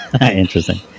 interesting